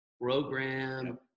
program